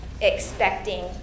expecting